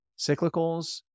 cyclicals